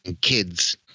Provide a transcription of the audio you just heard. kids